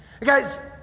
Guys